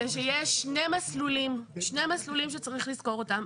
יש שני מסלולים שצריך לזכור אותם.